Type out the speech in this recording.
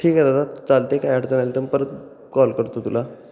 ठीक आहे दादा चालतं आहे काय अडचण आली तर परत कॉल करतो तुला